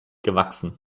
gewachsen